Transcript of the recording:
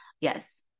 Yes